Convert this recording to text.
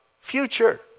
future